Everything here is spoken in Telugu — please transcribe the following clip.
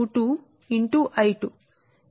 ƛ2 M 21 L22x I2 ఇది 39 సరే